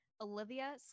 Olivia